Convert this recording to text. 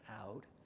out